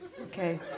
Okay